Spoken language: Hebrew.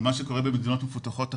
על מה שקורה במדינות מפותחות אחרות.